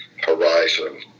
horizon